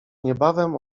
niebawem